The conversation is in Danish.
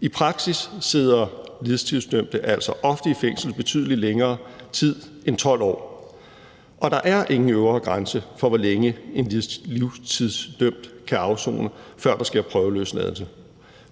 I praksis sidder livstidsdømte altså ofte i fængsel i betydelig længere tid end 12 år, og der er ingen øvre grænse for, hvor længe en livstidsdømt kan afsone, før der sker prøveløsladelse.